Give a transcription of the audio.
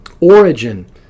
origin